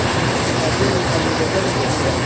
ꯑꯗꯨ ꯑꯃꯨꯕꯗ ꯂꯩꯒꯅꯤꯕ